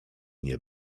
nie